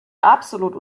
absolut